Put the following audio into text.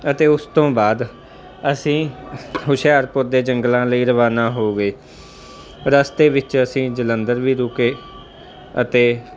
ਅਤੇ ਉਸ ਤੋਂ ਬਾਅਦ ਅਸੀਂ ਹੁਸ਼ਿਆਰਪੁਰ ਦੇ ਜੰਗਲਾਂ ਲਈ ਰਵਾਨਾ ਹੋ ਗਏ ਰਸਤੇ ਵਿੱਚ ਅਸੀਂ ਜਲੰਧਰ ਵੀ ਰੁਕੇ ਅਤੇ